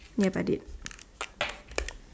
ya but it